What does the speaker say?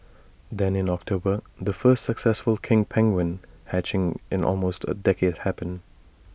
then in October the first successful king penguin hatching in almost A decade happened